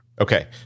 Okay